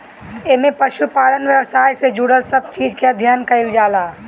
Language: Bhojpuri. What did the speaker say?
एमे पशुपालन व्यवसाय से जुड़ल सब चीज के अध्ययन कईल जाला